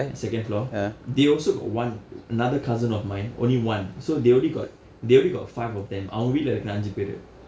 second floor they also got one another cousin of mine only one so they already got they already got five of them அவங்க வீட்டில இருக்கிற ஐந்து பேரு:avnga vittila irukkira ainthu paeru